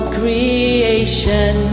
creation